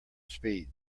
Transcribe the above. speed